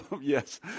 Yes